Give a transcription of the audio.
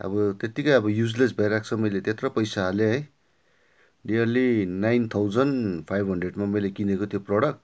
अब त्यतिकै अब युज लेस भइरहेको छ मैले त्यत्रो पैसा हालेँ है नियरली नाइन थाउजन्ड फाइभ हन्ड्रेडमा मैले किनेको त्यो प्रडक्ट